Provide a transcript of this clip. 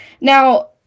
now